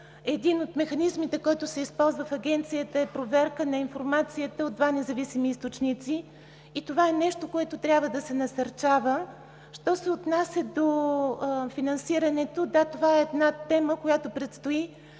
един от механизмите, който се използва в Агенцията, е проверка на информацията от два независими източника и това е нещо, което трябва да се насърчава. Що се отнася до финансирането – да, това е тема, която предстои